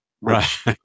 Right